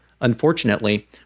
Unfortunately